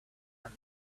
and